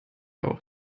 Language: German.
auch